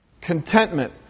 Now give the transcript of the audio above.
Contentment